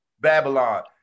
Babylon